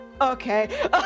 okay